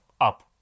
up